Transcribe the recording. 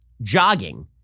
jogging